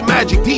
Magic